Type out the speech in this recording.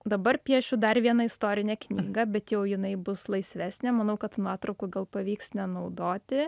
dabar piešiu dar vieną istorinę knygą bet jau jinai bus laisvesnė manau kad nuotraukų gal pavyks nenaudoti